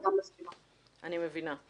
אני מבינה.